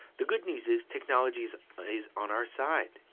the good news is technology is is on our side.